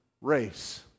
race